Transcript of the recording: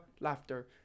laughter